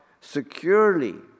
securely